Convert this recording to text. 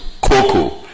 cocoa